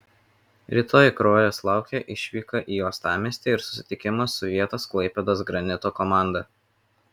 rytoj kruojos laukia išvyka į uostamiestį ir susitikimas su vietos klaipėdos granito komanda